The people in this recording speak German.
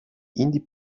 indie